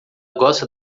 gosta